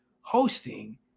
hosting